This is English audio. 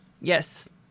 Yes